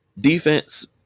Defense